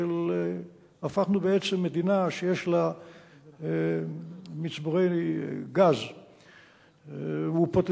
הפכנו בעצם מדינה שיש לה מצבורי גז ופוטנציאל,